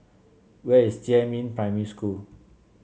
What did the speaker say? where is Jiemin Primary School